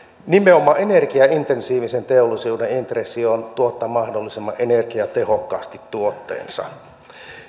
nimenomaan energiaintensiivisen teollisuuden intressi on tuottaa mahdollisimman energiatehokkaasti tuotteensa